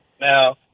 Now